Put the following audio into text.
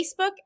Facebook